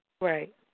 Right